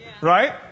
Right